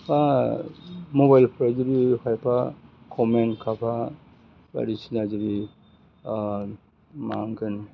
बा मबेलफ्राव जुदि खायफा कमेन्ट खाबा बायदिसिना जुदि मा होनगोन